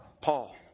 Paul